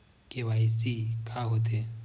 KYC का होथे?